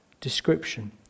description